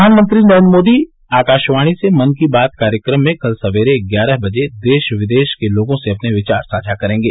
प्रधानमंत्री नरेन्द्र मोदी आकाशवाणी से मन की बात कार्यक्रम में कल सेरे ग्यारह बजे देश विदेश के लोगों से अपने विचार साझा करेंगे